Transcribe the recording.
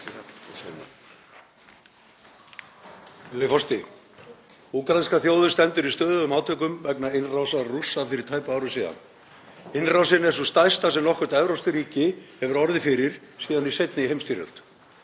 Úkraínska þjóðin stendur í stöðugum átökum vegna innrásar Rússa fyrir tæpu ári síðan. Innrásin er sú stærsta sem nokkurt evrópsk ríki hefur orðið fyrir síðan í seinni heimsstyrjöld.